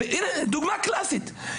הנה דוגמה קלאסית.